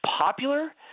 popular